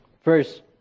First